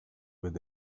with